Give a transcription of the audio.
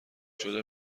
شده